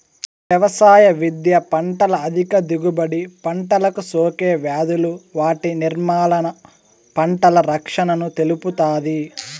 వ్యవసాయ విద్య పంటల అధిక దిగుబడి, పంటలకు సోకే వ్యాధులు వాటి నిర్మూలన, పంటల రక్షణను తెలుపుతాది